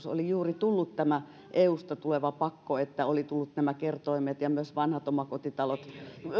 oli juuri tullut tämä pakko eusta nämä kertoimet ja myös vanhat omakotitalot